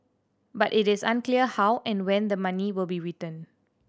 but it is unclear how and when the money will be returned